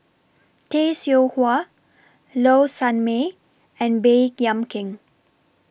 Tay Seow Huah Low Sanmay and Baey Yam Keng